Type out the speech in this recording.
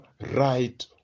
right